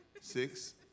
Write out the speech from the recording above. Six